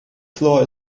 floor